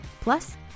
Plus